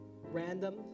Random